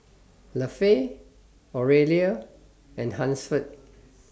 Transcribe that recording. Lafe Aurelia and Hansford